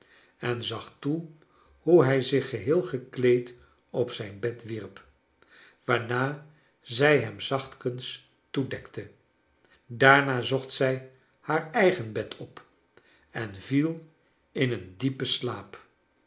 en zag toe hoe hij zich geheel gekleed op zijn bed wierp waarna zij hem zachtkens toedekte daarna zocht zij haar eigen bed op en viel in een diepen slaap